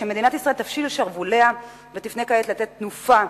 שמדינת ישראל תפשיל שרווליה ותפנה כעת לתת תנופה,